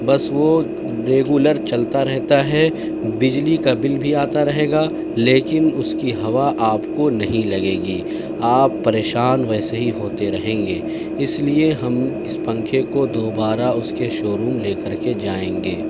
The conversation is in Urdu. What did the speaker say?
بس وہ ریگولر چلتا رہتا ہے بجلی کا بل بھی آتا رہے گا لیکن اس کی ہوا آپ کو نہیں لگے گی آپ پریشان ویسے ہی ہوتے رہیں گے اس لیے ہم اس پنکھے کو دوبارہ اس کے شو روم لے کر کے جائیں گے